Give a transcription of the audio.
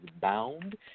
bound